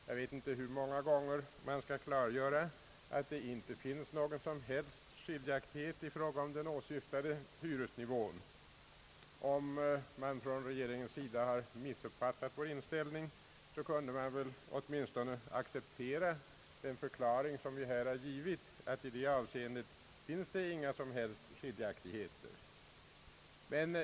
Jag vet inte hur många gånger man skall behöva klarlägga, att det inte finns någon som helst skiljaktighet i fråga om den åsyftade hyresnivån. Om man från regeringens sida har missuppfattat vår inställning kunde man väl åtminstone acceptera den förklaring som vi här har givit, att det i det avseendet inte finns några som helst skiljaktigheter.